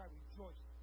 rejoice